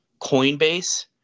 coinbase